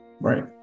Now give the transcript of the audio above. right